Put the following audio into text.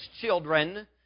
children